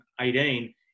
2018